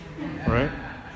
right